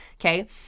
okay